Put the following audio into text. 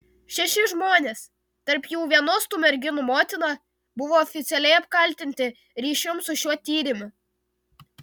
šeši žmonės tarp jų vienos tų merginų motina buvo oficialiai apkaltinti ryšium su šiuo tyrimu